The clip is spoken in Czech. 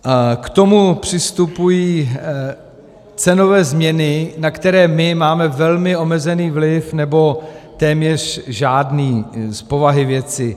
K tomu přistupují cenové změny, na které my máme velmi omezený vliv, nebo téměř žádný, z povahy věci.